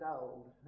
old